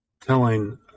telling